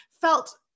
felt